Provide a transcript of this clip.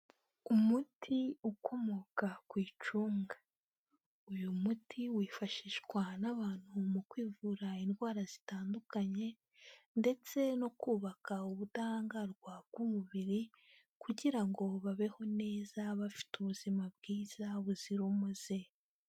Umuti ukomoka ku icunga. Uyu muti wifashishwa n'abantu mu kwivura indwara zitandukanye ndetse no kubaka ubudahangarwa bw'umubiri kugira ngo babeho neza bafite ubuzima bwiza buzira umuze.